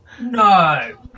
no